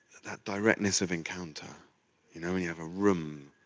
directness of encounter you know when you have a room,